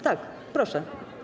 Tak, proszę.